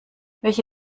welche